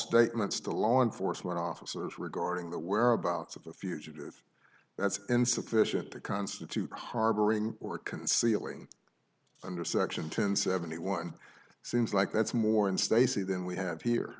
statements to law enforcement officers regarding the whereabouts of the fugitive that's insufficient to constitute harboring or concealing under section two hundred seventy one seems like that's more in stacy than we have here